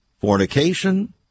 fornication